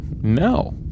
No